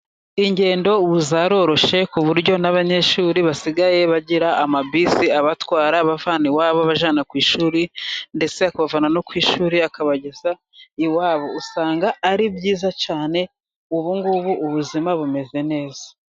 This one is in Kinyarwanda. Ingendo ubu zaroroshye, ku buryo n'abanyeshuri basigaye bagira amabisi abatwara, abavana iwabo abajyana ku ishuri, ndetse akabavana no ku ishuri akabageza iwabo, usanga ari byiza cyane ubungubu ubuzima bumeze neza.